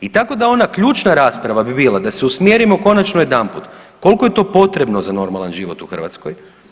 I tako da ona ključna rasprava bi bila da se usmjerimo konačno jedanput koliko je to potrebno za normalan život u Hrvatskoj.